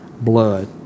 blood